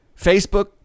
Facebook